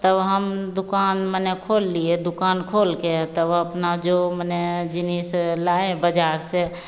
तब हम दुक़ान माने खोल लिए दुक़ान खोलकर तब अपना जो मने जीनिस लाए बाजार से